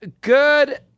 good